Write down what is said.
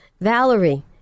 Valerie